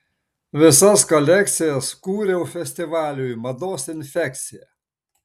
visas kolekcijas kūriau festivaliui mados infekcija